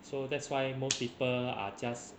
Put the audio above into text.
so that's why most people are just